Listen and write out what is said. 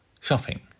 Shopping